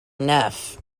enough